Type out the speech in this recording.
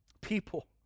People